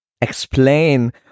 explain